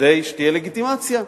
כדי שתהיה לגיטימציה.